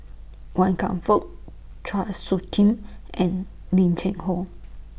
Wan Kam Fook Chua Soo Khim and Lim Cheng Hoe